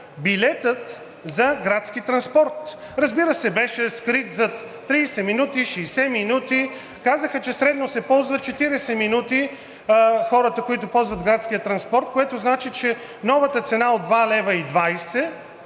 билетът за градски транспорт. Разбира се, беше скрит зад 30 минути, 60 минути. Казаха, че средно се използва 40 минути от хората, които използват градския транспорт, което означава, че новата цена от 2,20 лв.